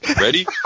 Ready